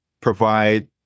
provide